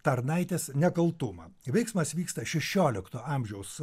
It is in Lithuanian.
tarnaitės nekaltumą veiksmas vyksta šešiolikto amžiaus